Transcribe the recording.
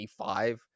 25